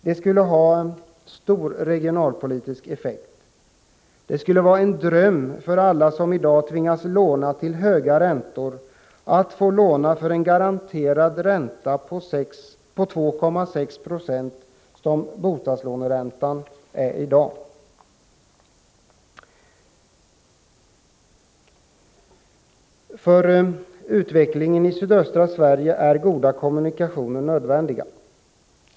Det skulle ha stor regionalpolitisk effekt. För alla som i dag tvingas låna till höga räntor skulle det vara en dröm att få låna till en garanterad ränta på 2,6 20, som bostadslåneräntan i dag är. För utvecklingen i sydöstra Sverige är goda kommunikationer nödvändiga.